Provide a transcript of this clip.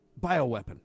bioweapon